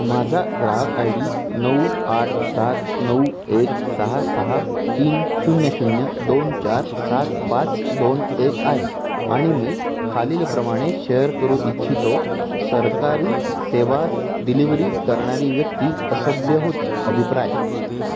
माझा ग्राहक I D नऊ आठ सात नऊ एक सहा सहा तीन शून्य शून्य दोन चार सात पाच दोन एक आहे आणि मी खालीलप्रमाणे शेअर करू इच्छितो सरकारी सेवा डिलिव्हरी करणारी व्यक्ती असभ्य होती अभिप्राय